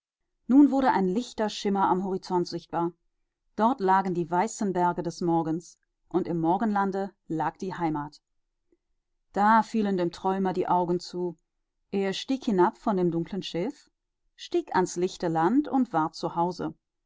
nun wurde ein lichter schimmer am horizont sichtbar dort lagen die weißen berge des morgens und im morgenlande lag die heimat da fielen dem träumer die augen zu er stieg herab von dem dunklen schiff stieg ans lichte land und war